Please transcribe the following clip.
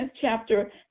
chapter